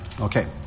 Okay